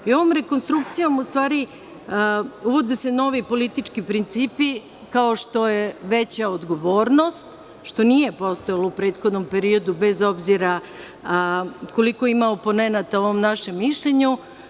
Ovom rekonstrukcijom ustvari uvode se novi politički principi, kao što je veća odgovornost, što nije postojalo u prethodnom periodu, bez obzira koliko ima oponenata o ovom našem mišljenju.